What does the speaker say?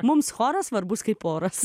mums choras svarbus kaip oras